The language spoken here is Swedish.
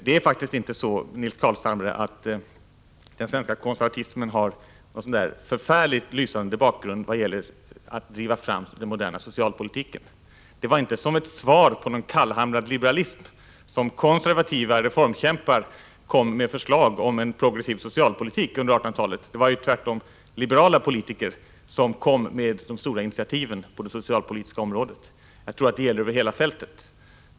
Det är faktiskt inte så, Nils Carlshamre, att den svenska konservatismen har gjort några större insatser för att driva fram den moderna socialpolitiken. Det var inte några konservativa reformkämpar som -— till svar på något slags kallhamrad liberalism —- kom med förslag om en progressiv socialpolitik under 1800-talet. Det var ju tvärtom liberala politiker som kom med de stora initiativen på det socialpolitiska området. Jag tror att det gäller över hela fältet.